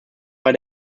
bei